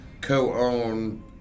co-own